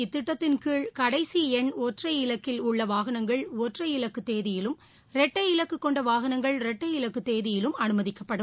இத்திட்டத்தின் கீழ் கடைசி எண் ஒற்றை இலக்கில் உள்ள வாகனங்கள் ஒற்றை இலக்கு தேதியிலும் இரட்ளட இலக்கு கொண்ட வாகனங்கள் இரட்டை இலக்கு தேதியிலும் அனுமதிக்கப்படும்